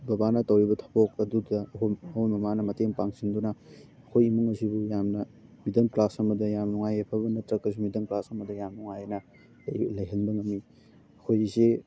ꯕꯕꯥꯅ ꯇꯧꯔꯤꯕ ꯊꯕꯛ ꯑꯗꯨꯗ ꯑꯩꯈꯣꯏ ꯑꯩꯈꯣꯏ ꯃꯃꯥꯅ ꯃꯇꯦꯡ ꯄꯥꯡꯁꯤꯟꯗꯨꯅ ꯑꯩꯈꯣꯏ ꯏꯃꯨꯡ ꯑꯁꯤꯕꯨ ꯌꯥꯝꯅ ꯃꯤꯗꯜ ꯀ꯭ꯂꯥꯁ ꯑꯃꯗ ꯌꯥꯝ ꯅꯨꯡꯉꯥꯏ ꯌꯥꯏꯐꯕ ꯅꯠꯇ꯭ꯔꯒꯁꯨ ꯃꯤꯗꯜ ꯀ꯭ꯂꯥꯁ ꯑꯃꯗ ꯌꯥꯝ ꯅꯨꯡꯉꯥꯏꯅ ꯂꯩꯍꯟꯕ ꯉꯝꯃꯤ ꯑꯩꯈꯣꯏꯒꯤ ꯏꯆꯦ